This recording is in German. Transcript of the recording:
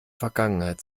vergangenheit